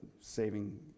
saving